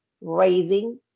raising